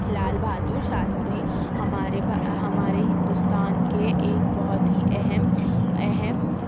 لال بہادر شاستری ہمارے ہمارے ہندوستان کے ایک بہت ہی اہم اہم